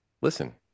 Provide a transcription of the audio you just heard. listen